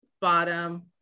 bottom